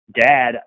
Dad